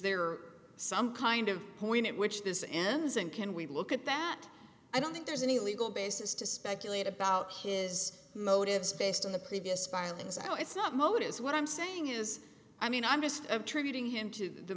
there some kind of point at which this am's and can we look at that i don't think there's any legal basis to speculate about his motives based on the previous filings i know it's not motives what i'm saying is i mean i'm just tribute ing him to the